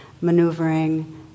maneuvering